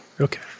Okay